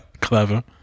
Clever